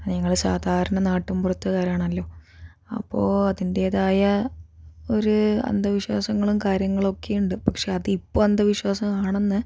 ഞങ്ങൾ സാധാരണ നാട്ടിൻ പുറത്തുകാരാണല്ലോ അപ്പോൾ അതിന്റേതായ ഒരു അന്ധവിശ്വാസങ്ങളും കാര്യങ്ങളൊക്കെ ഉണ്ട് പക്ഷെ അത് ഇപ്പോൾ അന്ധവിശ്വാസമാണന്ന്